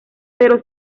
pero